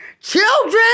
Children